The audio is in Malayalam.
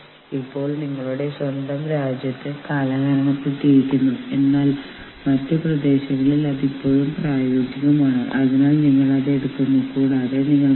ഒരു യൂണിയൻ രൂപീകരിക്കാൻ ശ്രമിക്കുന്ന ജീവനക്കാർ നടത്തുന്ന മീറ്റിംഗുകളിൽ ചാരപ്പണി നടത്താൻ അവർ തീരുമാനിച്ചേക്കാം